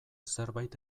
zerbait